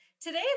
Today